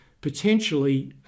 potentially